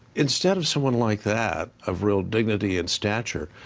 instead of someone like that of real dignity and stature,